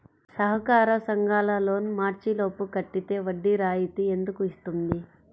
సహకార సంఘాల loan March లోపు కట్టితే వడ్డీ రాయితీ ఎందుకు ఇస్తుంది?